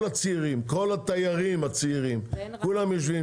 כל הצעירים, כל התיירים הצעירים, כולם יושבים.